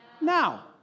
Now